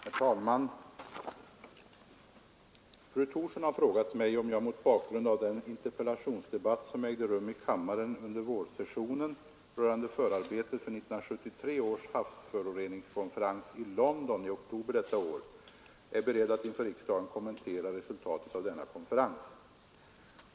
Herr talman! Fru Thorsson har frågat mig om jag, mot bakgrund av den interpellationsdebatt som ägde rum i kammaren under vårsessionen rörande förarbetet för 1973 års havsföroreningskonferens i London i oktober detta år, är beredd att inför riksdagen kommentera resultatet av denna konferens.